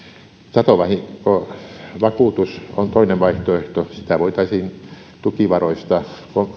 satovahinkovakuutus on toinen vaihtoehto näitä vakuutusmaksuja voitaisiin tukivaroista